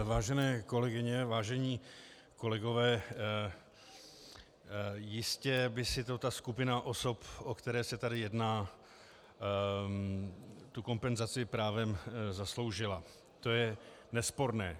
Vážené kolegyně, vážení kolegové, jistě by si ta skupina osob, o které se tady jedná, tu kompenzaci právem zasloužila, to je nesporné.